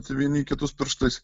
vieni į kitus pirštais